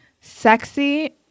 Sexy